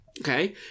Okay